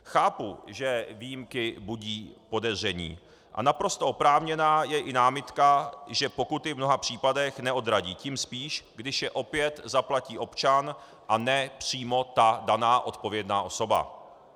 Chápu, že výjimky budí podezření, a naprosto oprávněná je i námitka, že pokuty v mnoha případech neodradí, tím spíš, když je opět zaplatí občan a ne přímo ta daná odpovědná osoba.